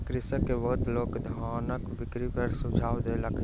कृषक के बहुत लोक धानक बिक्री पर सुझाव देलक